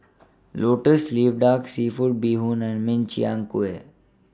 Lotus Leaf Duck Seafood Bee Hoon and Min Chiang Kueh